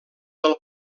del